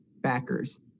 backers